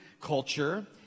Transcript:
culture